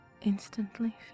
instantly